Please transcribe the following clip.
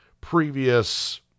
previous